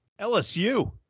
LSU